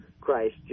Christ